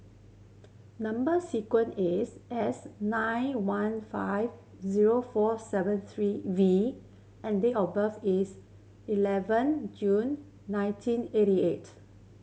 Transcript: number sequence is S nine one five zero four seven three V and date of birth is eleven June ninteen eighty eight